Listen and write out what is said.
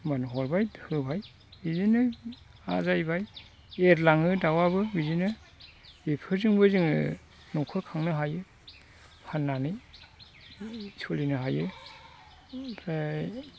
होमब्लानो हरबाय होबाय बिदिनो बासायबाय एरलाङो बिदिनो दाउआबो बेफोरजोंबो जोङो न'खर खांनो हायो फाननानै सोलिनो हायो ओमफ्राय